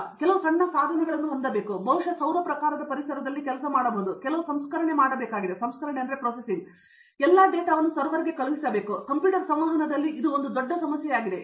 ಆದ್ದರಿಂದ ನಾನು ಕೆಲವು ಸಣ್ಣ ಸಾಧನಗಳನ್ನು ಹೊಂದಬೇಕು ಅದು ಬಹುಶಃ ಸೌರ ಪ್ರಕಾರದ ಪರಿಸರದಲ್ಲಿ ಕೆಲಸ ಮಾಡಬಹುದು ಮತ್ತು ನಾನು ಕೆಲವು ಸಂಸ್ಕರಣೆ ಮಾಡಬೇಕಾಗಿದೆ ನಂತರ ನಾನು ಎಲ್ಲ ಡೇಟಾವನ್ನು ಸರ್ವರ್ಗೆ ಕಳುಹಿಸಬೇಕಾಗಿದೆ ಇದು ಕಂಪ್ಯೂಟರ್ ಸಂವಹನದಲ್ಲಿ ಇದು ಒಂದು ದೊಡ್ಡ ಸಮಸ್ಯೆಯಾಗಿದೆ